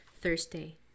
Thursday